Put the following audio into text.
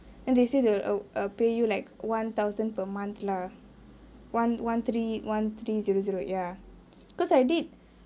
and they say they will err pay you like one thousand per month lah one one three one three zero zero ya because I did